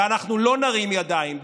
ואנחנו לא נרים ידיים.